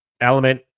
Element